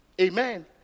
amen